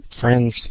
friends